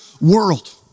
world